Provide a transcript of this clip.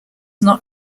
not